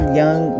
young